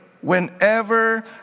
whenever